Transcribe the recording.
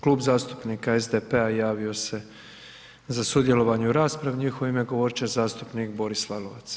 Klub zastupnika SDP-a javio se za sudjelovanje u raspravi u njihovo ime govorit će zastupnik Boris Lalovac.